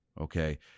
Okay